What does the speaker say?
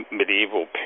medieval